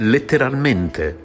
Letteralmente